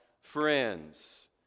Friends